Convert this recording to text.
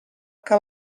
que